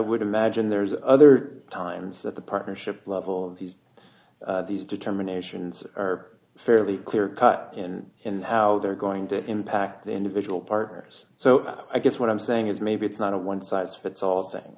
would imagine there's other times that the partnership level of these these determinations are fairly clear cut and how they're going to impact the individual partners so i guess what i'm saying is maybe it's not a one size fits all thing